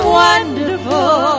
wonderful